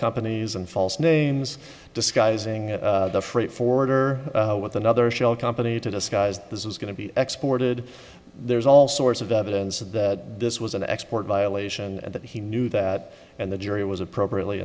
companies and false names disguising the freight forwarder with another shell company to disguise this is going to be exported there's all sorts of evidence that this was an export violation and that he knew that and the jury was appropriately